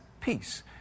peace